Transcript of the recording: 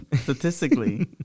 statistically